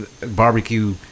barbecue